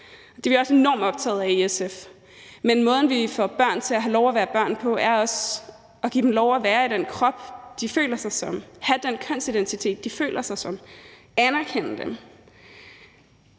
Det er vi også enormt optagede af i SF, men måden, vi får børn til at have lov at være børn på, er også at give dem lov at være i den krop, de føler er rigtig, have den kønsidentitet, de føler sig som, og ved at